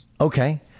okay